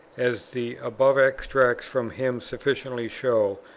as the above extracts from him sufficiently show,